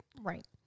right